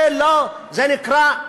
זה לא, זה נקרא: